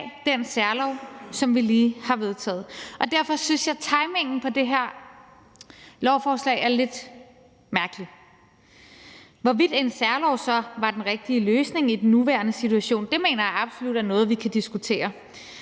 den særlov, som vi lige har vedtaget. Og derfor synes jeg, at timingen for det her lovforslag er lidt mærkelig. Hvorvidt en særlov så var den rigtige løsning i den nuværende situation, mener jeg absolut er noget, vi kan diskutere.